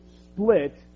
split